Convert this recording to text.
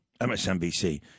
MSNBC